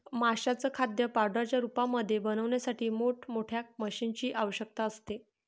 माशांचं खाद्य पावडरच्या रूपामध्ये बनवण्यासाठी मोठ मोठ्या मशीनीं ची आवश्यकता असते